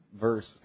verse